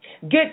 Good